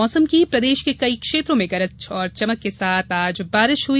मौसम प्रदेश के कई क्षेत्रों में गरज और चमक के साथ बारिश हुई